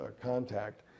contact